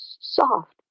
soft